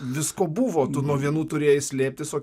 visko buvo tu nuo vienų turėjai slėptis o